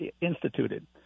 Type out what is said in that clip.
instituted